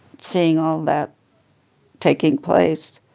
seeing all that taking place.